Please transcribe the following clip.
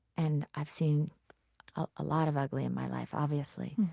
and i've seen a lot of ugly in my life obviously.